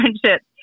friendships